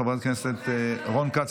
חבר הכנסת רון כץ,